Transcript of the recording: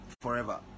forever